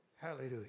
Hallelujah